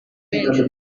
benshi